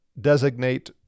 designate